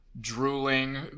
drooling